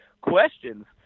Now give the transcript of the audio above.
questions